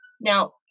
Now